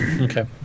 Okay